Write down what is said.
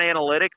analytics